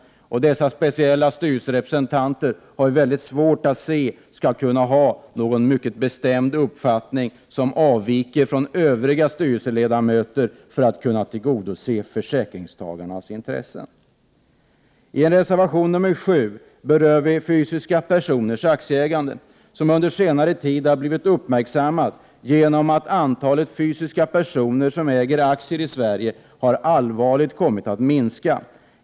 Vi har väldigt svårt att inse att dessa speciella styrelserepresentanter skulle kunna ha en mycket bestämd uppfattning som avviker från övriga styrelseledamöter när det gäller att tillgodose försäkringstagarnas intressen. I reservation nr 7 berör vi fysiska personers aktieägande. Det är en fråga som har blivit uppmärksammad under senare tid, eftersom antalet fysiska personer som äger aktier i Sverige allvarligt har kommit att minska.